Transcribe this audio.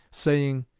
saying,